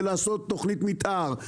זה לעשות תוכנית מתאר,